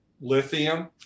lithium